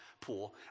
poor